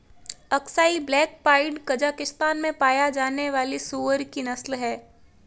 Aksai black pied Kazakhstan में पाया जाने वाली सूअर की नस्ल है